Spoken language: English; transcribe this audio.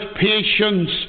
patience